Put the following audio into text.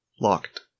locked